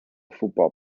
football